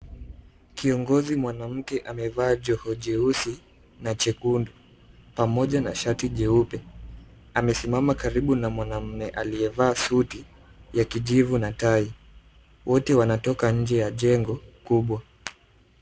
Kiongozi mwanamke amevaa joho jeusi na jekundu pamoja na shati jeupe .Amesimama karibu na mwanamume aliyevaa suti ya kijivu na tai, wote wanatoka nje ya jengo kubwa.